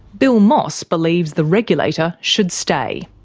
bill moss believes the regulator should stay.